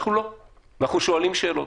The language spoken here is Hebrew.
אנחנו לא, אנחנו שואלים שאלות.